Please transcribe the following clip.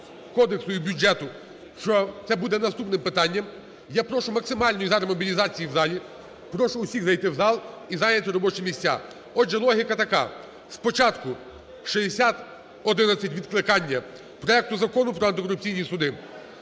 кодексу і бюджету, що це буде наступне питання. Я прошу максимальної зараз мобілізації в залі. Прошу всіх зайти в зал і зайняти робочі місця. Отже, логіка така. Спочатку 6011 – відкликання проекту Закону про антикорупційні суди.